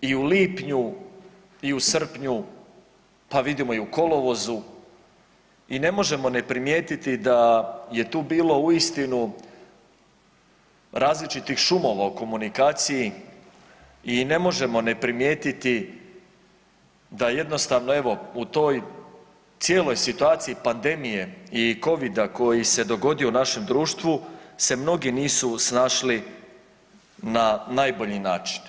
i u lipnju i u srpnju pa vidimo i u kolovozu i ne možemo ne primijetiti da je tu bilo uistinu različitih šumova u komunikaciji i ne možemo ne primijetiti da jednostavno evo u toj cijeloj situaciji pandemije i covida koji se dogodio u našem društvu se mnogi nisu snašli na najbolji način.